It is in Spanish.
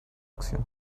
acción